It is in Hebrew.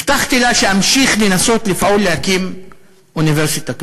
הבטחתי לה שאמשיך לנסות לפעול להקים אוניברסיטה כזאת.